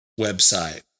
website